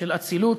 של אצילות,